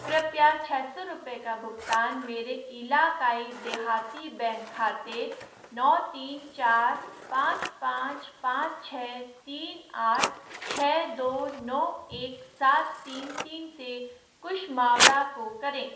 कृपया छह सौ रुपये का भुगतान मेरे इलाक़ाई देहाती बैंक खाते नौ तीन चार पाँच पाँच पाँच छह तीन आठ छह दो नौ एक सात तीन तीन से कुश मावड़ा को करें